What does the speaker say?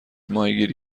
ماهیگیری